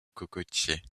cocotiers